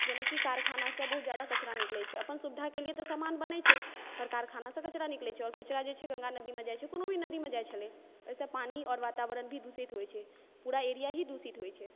जेनाकि कारखानासँ बहुत ही जादा कचड़ा निकलै छै अपन सुविधाके लिए तऽ सामान बनै छै पर कारख़ानासँ कचड़ा निकलय छै और कचड़ा जे छै से गङ्गा नदीमे जाइ छै कोनो भी नदीमे जाइ छलै ओहिसे पानी और वातावरण भी दुषित होइ छै पूरा एरिया ही दुषित होइ छै